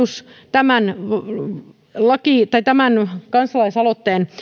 valiokunnan päätösehdotus tämän kansalaisaloitteen